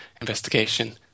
investigation